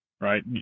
right